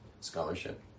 scholarship